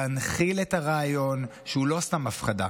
להנחיל את הרעיון, שהוא לא סתם הפחדה,